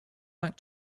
back